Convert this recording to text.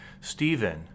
Stephen